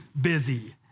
busy